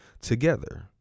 together